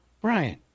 Brian